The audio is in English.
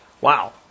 Wow